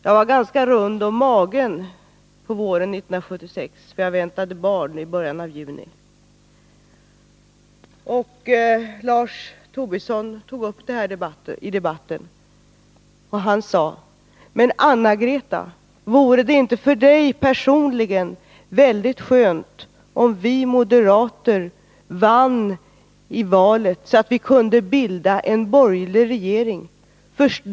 Jag var ganska rund om magen på våren 1976, för jag väntade barn i början av juni. Lars Tobisson tog upp detta förhållande i debatten och sade: Men Anna-Greta, vore det inte för dig personligen väldigt skönt om vi moderater vann valet, så att vi kunde bilda en borgerlig regering?